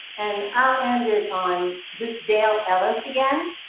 and i'll end it on just dale ellis again,